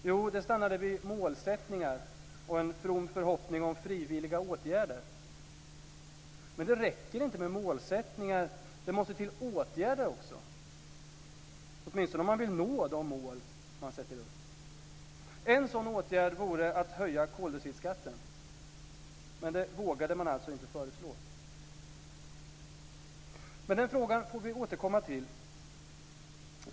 Jo, det stannade vid målsättningar och en from förhoppning om frivilliga åtgärder. Det räcker inte med målsättningar. Det måste till åtgärder också, åtminstone om man vill nå de mål man sätter upp. En sådan åtgärd vore att höja koldioxidskatten. Men det vågade man alltså inte föreslå. Den frågan får vi återkomma till.